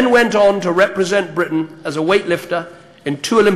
אני רוצה להביע ביום הזה את הערכתי לגישתך זו,